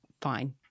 fine